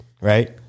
right